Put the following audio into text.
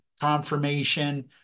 confirmation